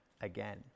again